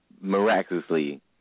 miraculously